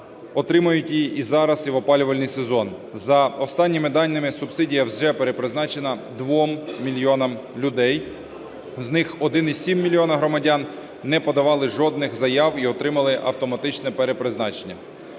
отримають її і зараз, і в опалювальний сезон. За останніми даними, субсидія вже перепризначена 2 мільйонам людей, з них 1,7 мільйона громадян не подавали жодних заяв і отримали автоматичне перепризначення.